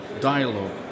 dialogue